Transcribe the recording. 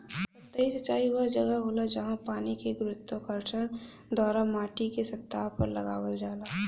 सतही सिंचाई वह जगह होला, जहाँ पानी के गुरुत्वाकर्षण द्वारा माटीके सतह पर लगावल जाला